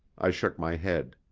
i shook my head.